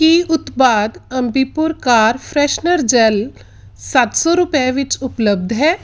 ਕੀ ਉਤਪਾਦ Ambi Pur car freshener gel ਸੱਤ ਸੌ ਰੁਪਏ ਵਿੱਚ ਉਪਲੱਬਧ ਹੈ